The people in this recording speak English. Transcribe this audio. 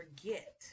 forget